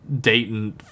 Dayton